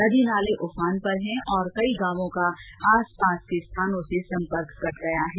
नदी नाले उफान पर हैं तथा कई गांवों का आसपास के स्थानों से संपर्क कट गया है